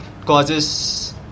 causes